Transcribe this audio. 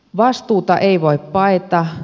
vastuuta ei voi paeta